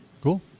cool